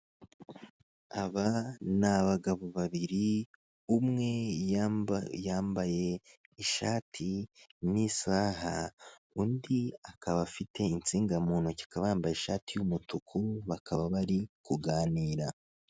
Aba ni abagabo babiri umwe yambaye ishati n'isaha undi akaba afite insinga mu ntoki akaba yambaye ishati y'umutuku bakaba bari kuganira.